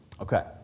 Okay